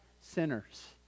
sinners